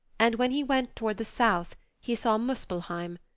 and when he went toward the south he saw muspelheim,